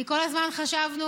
כי כל הזמן חשבנו,